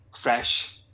fresh